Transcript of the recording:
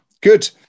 good